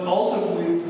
ultimately